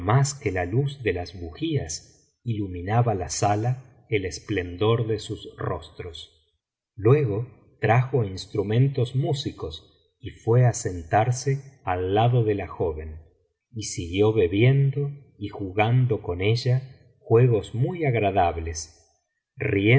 que la luz de las bujías iluminaba la sala el esplendor de sus rostros luego trajo instrumentos músicos y fué á sentarse al lado de la joven y siguió bebiendo y jugando con ella juegos muy agradables